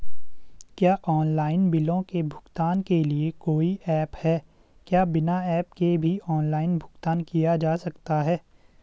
क्या ऑनलाइन बिलों के भुगतान के लिए कोई ऐप है क्या बिना ऐप के भी ऑनलाइन भुगतान किया जा सकता है?